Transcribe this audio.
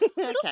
Okay